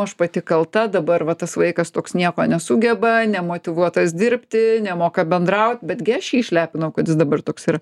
aš pati kalta dabar va tas vaikas toks nieko nesugeba nemotyvuotas dirbti nemoka bendraut betgi aš jį išlepinau kad jis dabar toks yra